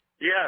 Yes